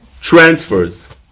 transfers